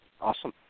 Awesome